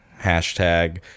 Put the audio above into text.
hashtag